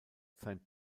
sein